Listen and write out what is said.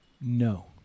no